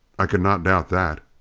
i could not doubt that.